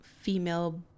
female